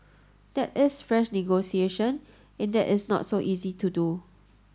that is fresh negotiation and that is not so easy to do